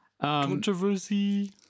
Controversy